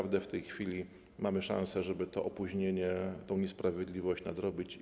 W tej chwili mamy szansę, żeby to opóźnienie, tę niesprawiedliwość nadrobić.